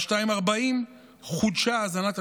חצופה.